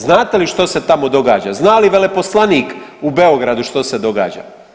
Znate li što se tamo događa, zna li veleposlanik u Beogradu što se događa?